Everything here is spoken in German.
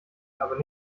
aber